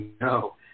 no